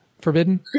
forbidden